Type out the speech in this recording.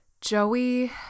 Joey